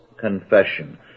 confession